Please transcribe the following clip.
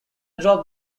dropped